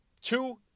two